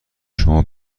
شما